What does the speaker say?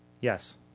Yes